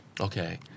Okay